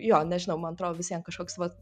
jo nežinau mantrodo visiem kažkoks va